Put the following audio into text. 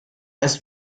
erst